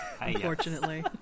Unfortunately